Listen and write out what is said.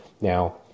Now